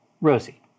Rosie